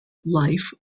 life